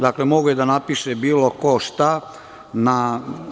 Dakle, mogao je da napiše bilo ko šta.